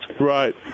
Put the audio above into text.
Right